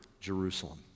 Jerusalem